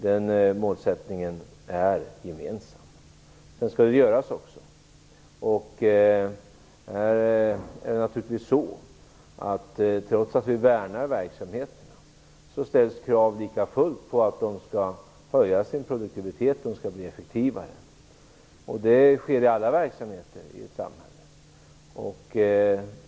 Den målsättningen är gemensam, men sedan skall den ju uppfyllas också. Trots att vi värnar verksamheterna ställs likafullt krav på att de skall höja sin produktivitet och att de skall bli effektivare. Detta sker i alla verksamheter i ett samhälle.